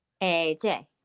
AJ